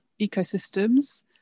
ecosystems